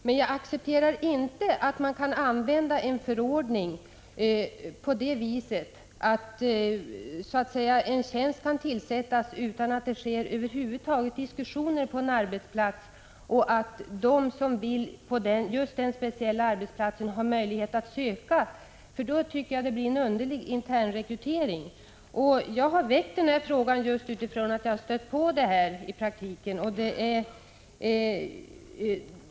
Men jag accepterar inte att man kan använda en förordning så att en tjänst kan tillsättas utan att det sker några diskussioner över huvud taget på en arbetsplats och utan att de som arbetar på just denna speciella arbetsplats har möjlighet att söka tjänsten. Då blir det en underlig internrekrytering. Jag har väckt frågan just på grund av att jag stött på dessa förhållanden i praktiken.